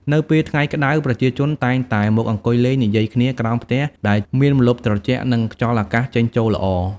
នៅពេលថ្ងៃក្តៅ ប្រជាជនតែងតែ មកអង្គុយលេង និយាយគ្នា ក្រោមផ្ទះដែលមានម្លប់ត្រជាក់ និងខ្យល់អាកាសចេញចូលល្អ ។